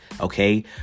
Okay